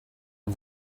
and